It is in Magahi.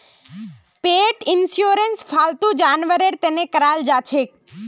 पेट इंशुरंस फालतू जानवरेर तने कराल जाछेक